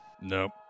nope